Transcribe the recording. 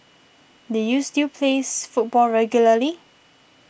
do you still plays football regularly